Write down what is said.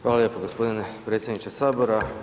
Hvala lijepo gospodine predsjedniče Sabora.